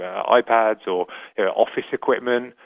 um ipads or office equipment,